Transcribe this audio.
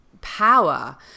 power